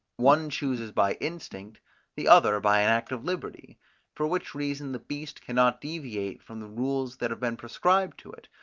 one chooses by instinct the other by an act of liberty for which reason the beast cannot deviate from the rules that have been prescribed to it,